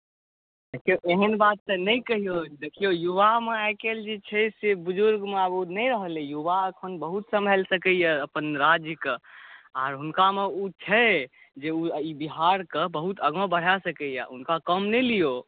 देखियौ एहन बात तऽ नहि कहियौ देखियौ युवामे आइकाल्हि जे छै से बुजुर्गमे आब नहि रहलै आब युवा आब एखन बहुत सम्भालि सकैया अपन राज्य के आर हुनकामे ओ छै जे ओ ई बिहारके बहुत आगाँ बढ़ा सकैया हुनका कम नहि लियौ